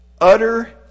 utter